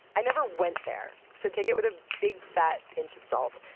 i never went there. so, take it with a big, fat pinch of salt.